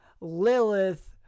Lilith